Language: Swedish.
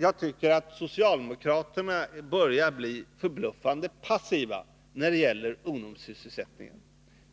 Jag tycker att socialdemokraterna börjar bli förbluffande passiva när det gäller ungdomssysselsättningen,